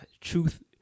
truth